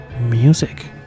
music